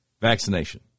vaccination